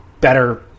better